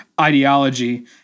ideology